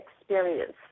experience